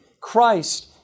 Christ